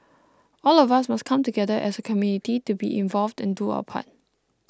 all of us must come together as a community to be involved and do our part